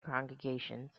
congregations